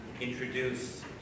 introduce